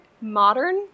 Modern